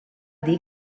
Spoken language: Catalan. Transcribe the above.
dir